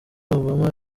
obama